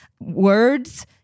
words